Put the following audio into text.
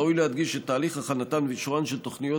ראוי להדגיש שתהליך הכנתן ואישורן של תוכניות